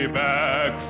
back